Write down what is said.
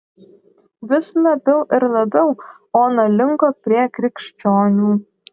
vis labiau ir labiau ona linko prie krikščionių